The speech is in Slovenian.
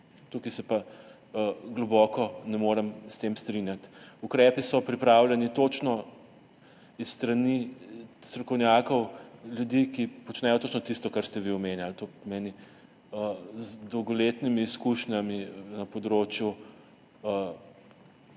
Tukaj pa se globoko ne morem strinjati s tem. Ukrepi so pripravljeni točno s strani strokovnjakov, ljudi, ki počnejo točno tisto, kar ste vi omenjali, to pomeni z dolgoletnimi izkušnjami na področju